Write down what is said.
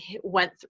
went